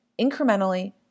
Incrementally